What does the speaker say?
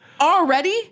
already